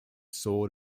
sword